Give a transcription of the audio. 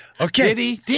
Okay